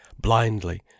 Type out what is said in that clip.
blindly